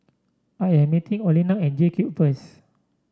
I am meeting Olena at JCube first